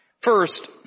First